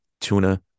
tuna